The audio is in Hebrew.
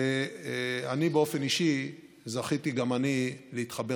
ואני באופן אישי זכיתי גם אני להתחבר